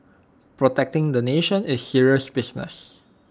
protecting the nation is serious business